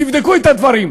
שופטי בית-המשפט העליון,